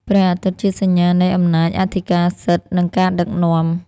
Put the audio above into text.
ព្រះអាទិត្យជាសញ្ញានៃអំណាចអធិការសិទ្ធិ និងការដឹកនាំ។